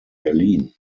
berlin